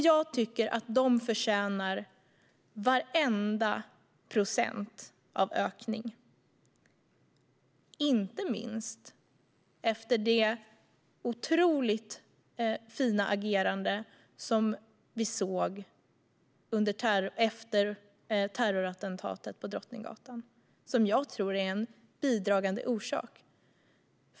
Jag tycker att polisen förtjänar varenda procent av ökning, inte minst efter det otroligt fina agerande som vi såg efter terrorattentatet på Drottninggatan. Jag tror att detta är en bidragande orsak.